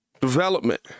Development